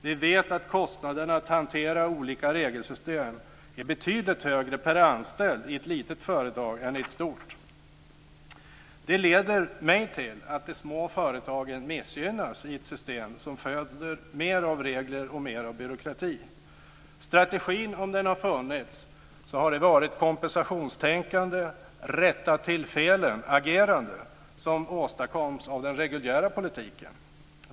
Vi vet att kostnaderna för att hantera olika regelsystem är betydligt högre per anställd i ett litet företag än i ett stort. Det leder mig till att säga att de små företagen missgynnas i ett system som föder mer av regler och mer av byråkrati. Strategin, om den har funnits, har varit kompensationstänkande, ett rätta-till-felen-agerande som åstadkoms av den reguljära politiken.